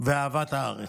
ואהבת הארץ.